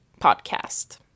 podcast